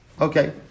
Okay